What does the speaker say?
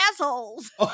assholes